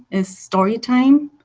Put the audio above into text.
is storytime.